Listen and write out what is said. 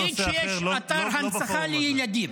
נגיד שיש אתר הנצחה לילדים,